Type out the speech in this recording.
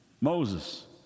Moses